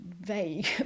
vague